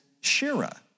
shira